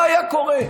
מה היה קורה?